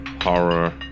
horror